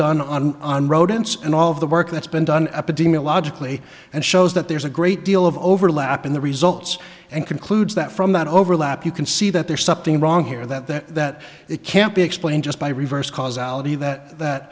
done on on rodents and all of the work that's been done epidemiologically and shows that there's a great deal of overlap in the results and concludes that from that overlap you can see that there's something wrong here that that that it can't be explained just by reverse causality that that